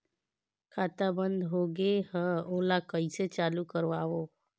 खाता बन्द होगे है ओला कइसे चालू करवाओ?